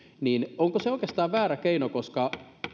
niin onko se oikeastaan väärä keino koska